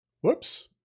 Whoops